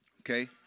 okay